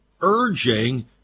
urging